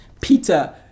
Peter